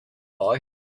boy